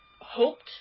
hoped